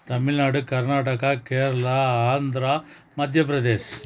Tamil Nadu Karnataka Kerala Andhra Madhya Pradesh